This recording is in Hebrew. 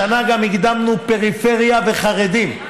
השנה גם הקדמנו פריפריה וחרדים.